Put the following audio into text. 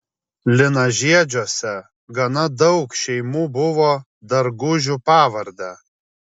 linažiedžiuose gana daug šeimų buvo dargužių pavarde